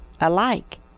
alike